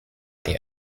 die